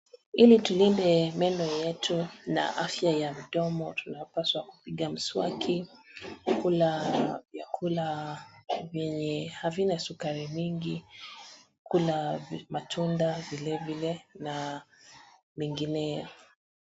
Ili tulinde meno yetu na afya ya mdomo tunapaswa kupiga mswaki, kukula vyakula vyenye havina sukari vingi, kula matunda vile vile na mengineo.